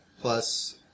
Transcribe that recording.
plus